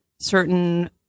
certain